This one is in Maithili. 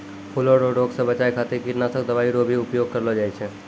फूलो रो रोग से बचाय खातीर कीटनाशक दवाई रो भी उपयोग करलो जाय छै